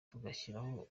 tugashyiraho